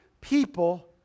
people